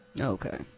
okay